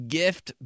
gift